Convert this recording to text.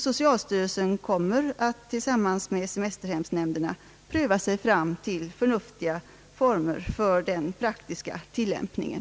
Socialstyrelsen kommer därför tillsammans med semesterhemsnämnderna att pröva sig fram till förnuftiga former för den praktiska tilllämpningen.